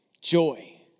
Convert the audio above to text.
joy